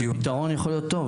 פתרון שיכול להיות טוב.